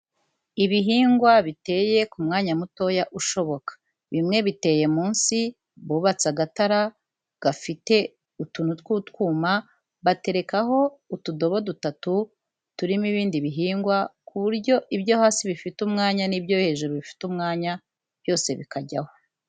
Ibihingwa biteye ku mwanya mutoya ushoboka, bimwe biteye munsi bubatse agatara gafite utuntu tw'utwuma, baterekaho utudobo dutatu turimo ibindi bihingwa ku buryo ibyo hasi bifite umwanya n'ibyo hejuru bifite umwanya, byose bikajyaho.